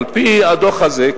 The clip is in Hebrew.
על-פי הדוח הזה,